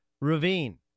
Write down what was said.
Ravine